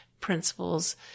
principles